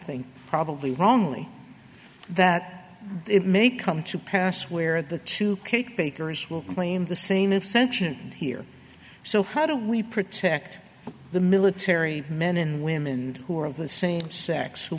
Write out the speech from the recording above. think probably wrongly that it may come to pass where the two cake bakers will claim the same of sentient here so how do we protect the military men and women who are of the same sex who